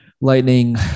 lightning